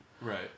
Right